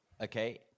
Okay